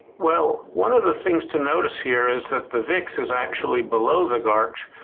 well, one of the things to notice here is that the vix is actually below the garch,